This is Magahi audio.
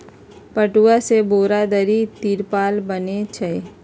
पटूआ से बोरा, दरी, तिरपाल बनै छइ